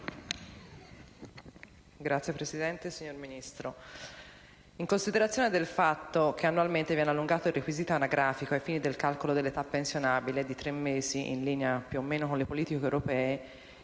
*(Misto)*. Signor Ministro, in considerazione del fatto che annualmente viene allungato il requisito anagrafico, ai fini del calcolo dell'età pensionabile, di tre mesi più o meno in linea con la politica europea,